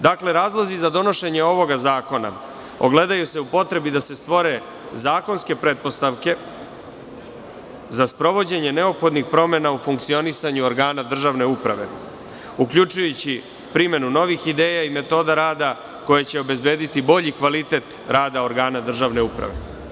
Dakle, razlozi za donošenje ovog zakona ogledaju se u potrebi da se stvore zakonske pretpostavke za sprovođenje neophodnih promena u funkcionisanju organa državne uprave, uključujući primenu novih ideja i metoda rada koje će obezbediti bolji kvalitet rada organa državne uprave.